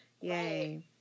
yay